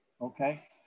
Okay